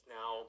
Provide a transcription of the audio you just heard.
now